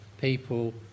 people